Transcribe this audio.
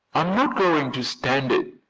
i'm not going to stand it,